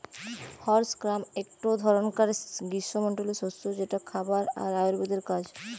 horse gram একটো ধরণকার গ্রীস্মমন্ডলীয় শস্য যেটা খাবার আর আয়ুর্বেদের কাজ